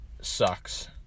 sucks